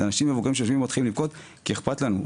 אלה אנשים מבוגרים שיושבים ומתחילים לבכות כי אכפת לנו.